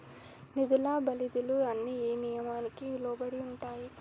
నిధుల బదిలీలు అన్ని ఏ నియామకానికి లోబడి ఉంటాయి?